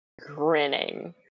grinning